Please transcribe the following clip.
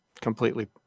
completely